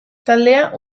taldea